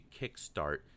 kickstart